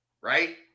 right